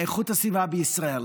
איכות הסביבה בישראל.